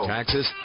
Taxes